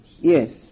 Yes